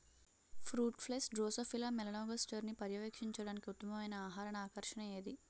Fruit flies drosophila మెలనోగాస్టర్ని పర్యవేక్షించడానికి ఉత్తమమైన ఆహార ఆకర్షణ ఏది?